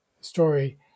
story